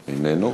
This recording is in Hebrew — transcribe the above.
איננו.